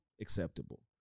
acceptable